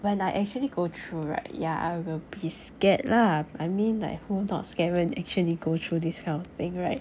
when I actually go through right ya I will be scared lah I mean like who not scared [one] actually go through this kind of thing right